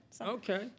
Okay